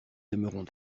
aimeront